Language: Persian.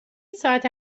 ساعت